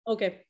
Okay